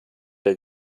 der